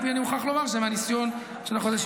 אם כי אני מוכרח לומר שמהניסיון של החודשים